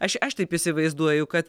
aš aš taip įsivaizduoju kad